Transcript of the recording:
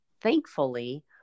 Thankfully